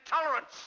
intolerance